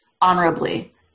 honorably